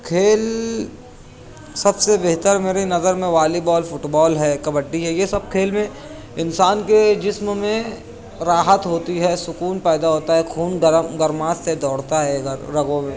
کھیل سب سے بہتر میری نظر میں والی بال فٹ بال ہے کبڈی ہے یہ سب کھیل میں انسان کے جسم میں راحت ہوتی ہے سکون پیدا ہوتا ہے خون گرم گرماہٹ سے دوڑتا ہے رگوں میں